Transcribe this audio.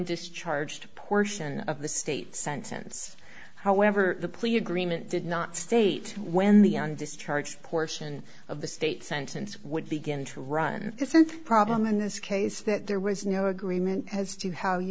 discharged a portion of the state sentence however the plea agreement did not state when the undischarged portion of the state sentence would begin to run it's a problem in this case that there was no agreement as to how